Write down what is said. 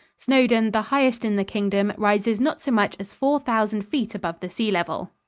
snowdon, the highest in the kingdom, rises not so much as four thousand feet above the sea level.